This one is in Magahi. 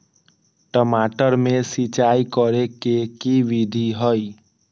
टमाटर में सिचाई करे के की विधि हई?